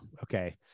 okay